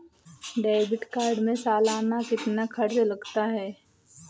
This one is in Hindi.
डेबिट कार्ड में सालाना कितना खर्च लगता है?